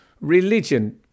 religion